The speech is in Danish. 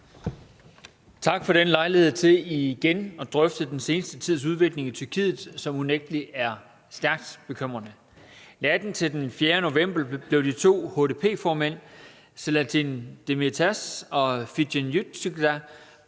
Tak for den lejlighed til igen at drøfte den seneste tids udvikling i Tyrkiet, som unægtelig er stærkt bekymrende. Natten til den 4. november blev de to HDP-formænd Selahattin Demirtas og Figen Yüksekdag